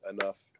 enough